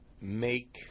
make